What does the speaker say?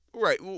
Right